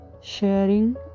sharing